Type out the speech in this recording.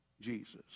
Jesus